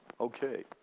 Okay